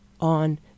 on